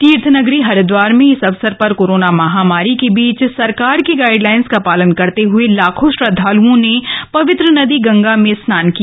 तीर्थ नगरी हरिद्वार में इस अवसर पर कोरोना महामारी के बीच सरकारी गाइडलाइन का पालन करते हुए लाखों श्रद्वालओं ने गंगा स्नान किया